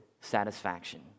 satisfaction